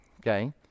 Okay